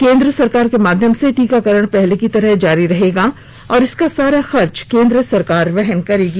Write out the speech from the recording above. केंद्र सरकार के माध्यम से टीकाकरण पहले की तरह जारी रहेगा और इसका सारा खर्च केंद्र सरकार वहन करेगी